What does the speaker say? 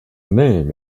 name